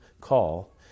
call